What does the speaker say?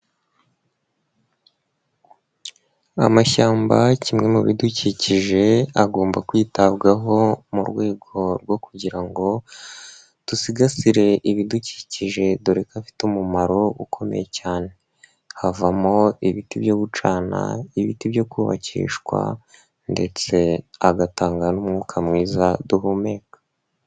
Amashyamba kimwe mu bidukikije agomba kwitabwaho mu rwego rwo kugira ngo dusigasire ibidukikije dore ko afite umumaro ukomeye cyane. Havamo ibiti byo gucana, ibiti byo kubakishwa ndetse agatanga n'umwuka mwiza duhumeka.